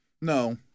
No